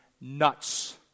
nuts